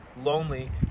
lonely